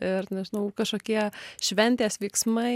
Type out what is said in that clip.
ir nežinau kažkokie šventės veiksmai